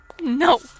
No